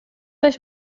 beş